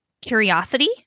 curiosity